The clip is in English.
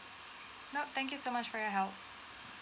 nope thank you so much for your help